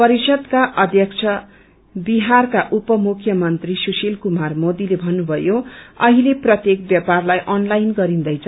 परिषदमा अध्यक्ष विहारका उपमुख्यमन्त्री सुशिल कुमार मोदीले भन्नुभयो अहिले प्रत्येक व्यापारलाई अनलाइन गरिन्दैछ